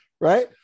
right